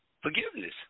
forgiveness